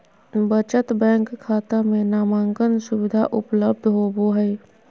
बचत बैंक खाता में नामांकन सुविधा उपलब्ध होबो हइ